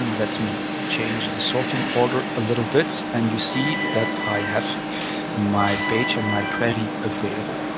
and let me change the sorting order a little bit and you see that i have my page and my query available.